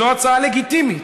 וזו הצעה לגיטימית,